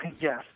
Yes